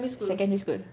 secondary school